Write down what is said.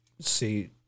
see